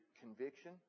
conviction